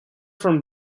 from